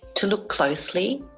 to look closely.